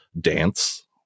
dance